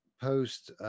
post